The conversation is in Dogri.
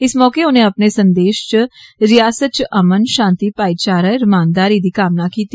इस मौके उनें अपने संदेष च रियास्त च अमन षान्ति भाईचारे रमानदारी दी कामना कीत्ती